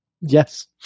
Yes